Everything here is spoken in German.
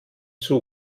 zug